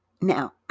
Now